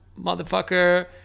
motherfucker